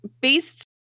based